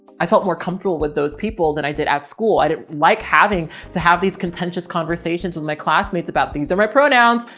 i felt more comfortable with those people than i did at school. i didn't like having to have these contentious conversations with my classmates about things and my pronouns.